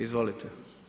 Izvolite.